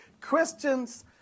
Christians